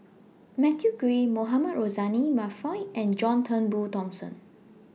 Matthew Ngui Mohamed Rozani Maarof and John Turnbull Thomson